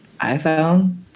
iPhone